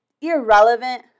irrelevant